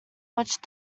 much